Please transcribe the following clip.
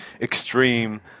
extreme